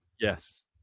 yes